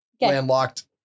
landlocked